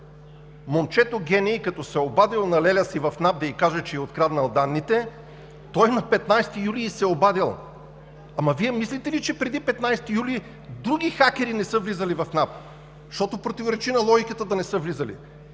Момчето гений, като се е обадило на леля си в НАП да ѝ каже, че е откраднал данните, той на 15 юли ѝ се е обадил. Ама Вие мислите ли, че преди 15 юли други хакери не са влизали в НАП? Защото противоречи на логиката да не са влизали.